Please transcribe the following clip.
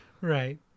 Right